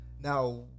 Now